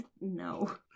No